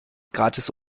gratis